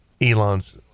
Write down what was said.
Elon's